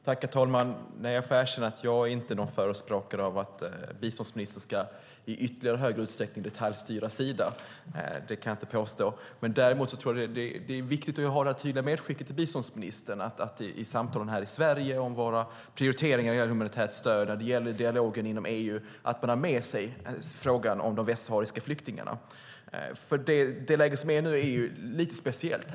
Herr talman! Jag får erkänna att jag inte är någon förespråkare av att biståndsministern i ytterligare stor utsträckning ska detaljstyra Sida - det kan jag inte påstå. Däremot är det viktigt med det tydliga medskicket till biståndsministern att i samtalen här i Sverige om våra prioriteringar när det gäller humanitärt stöd och i dialogen inom EU ha med sig frågan om de västsahariska flyktingarna. Läget nu är lite speciellt.